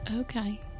okay